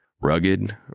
Rugged